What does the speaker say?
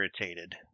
irritated